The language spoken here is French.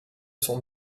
son